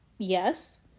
Yes